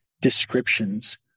descriptions